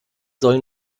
soll